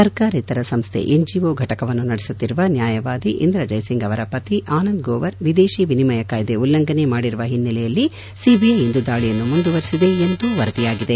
ಸರ್ಕಾರೇತರ ಸಂಸ್ಥೆ ಎನ್ಜಿಒ ಘಟಕವನ್ನು ನಡೆಸುತ್ತಿರುವ ನ್ಕಾಯವಾದಿ ಇಂದ್ರ ಜಯ್ಸಿಂಗ್ ಅವರ ಪತಿ ಆನಂದ್ ಗೋವರ್ ವಿದೇಶಿ ವಿನಿಮಯ ಕಾಯ್ದೆ ಉಲ್ಲಂಘನೆ ಮಾಡಿರುವ ಹಿನ್ನೆಲೆಯಲ್ಲಿ ಸಿಬಿಐ ಇಂದು ದಾಳಿಯನ್ನು ಮುಂದುವರೆಸಿದೆ ಎಂದು ವರದಿಯಾಗಿದೆ